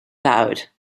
loud